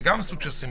בוקר טוב ושבוע טוב.